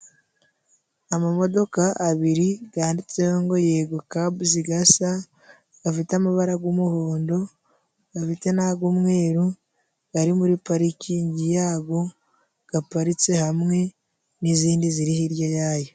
Amamodoka abiri ganditseho ngo yegokabuzigasa gafite amabara gumuhondo, gabafite n'agumweru, gari muri parikingi yago, gaparitse hamwe, n'izindi ziri hirya yayo.